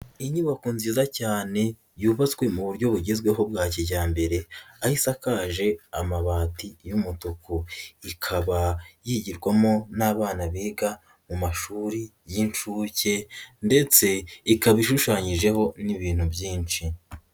Inyubako nziza cyane yubatswe mu buryo bugezweho bwa kijyambere aho isakaje amabati y'umutuku, ikaba yigirwamo n'abana biga mu mashuri y'inshuke ndetse ikaba ishushanyijeho n'ibintu byinshi.